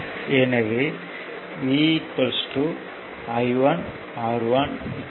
எனவே V I1 R1 I2 R2 2